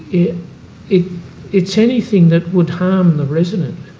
it it it's anything that would harm the resident,